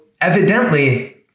evidently